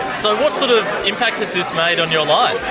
so what sort of impact has this made on your life?